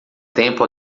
tempo